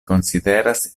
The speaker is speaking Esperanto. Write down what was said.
konsideras